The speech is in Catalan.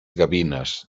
gavines